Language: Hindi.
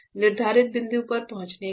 निर्धारित बिंदु पर पहुंचने के बाद